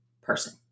person